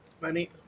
money